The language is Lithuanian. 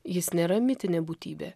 jis nėra mitinė būtybė